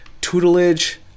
tutelage